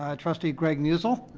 ah trustee greg musil.